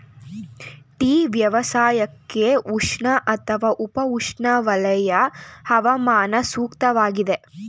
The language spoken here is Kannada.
ಟೀ ವ್ಯವಸಾಯಕ್ಕೆ ಉಷ್ಣ ಅಥವಾ ಉಪ ಉಷ್ಣವಲಯ ಹವಾಮಾನ ಸೂಕ್ತವಾಗಿದೆ